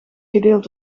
gedeeld